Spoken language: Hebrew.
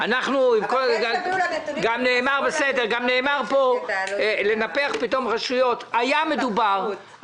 גם דובר פה על לנפח פתאום רשויות היה מדובר,